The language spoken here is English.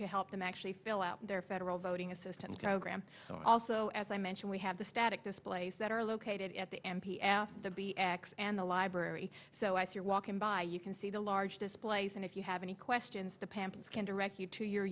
to help them actually fill out their federal voting assistance program also as i mentioned we have the static this place that are located at the m p after the b x and the library so i see are walking by you can see the large displays and if you have any questions the pampas can direct you to your